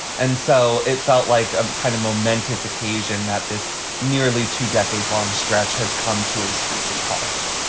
and so it felt like a kind of momentous occasion that this nearly two decade long stretch has come to a screeching halt